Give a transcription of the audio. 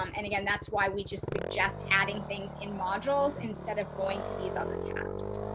um and again, that's why we just suggest adding things in modules instead of going to these other tabs.